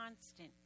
constant